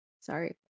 Sorry